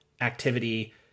activity